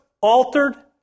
altered